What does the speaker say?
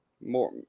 more